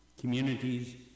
Communities